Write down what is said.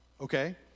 Okay